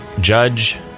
Judge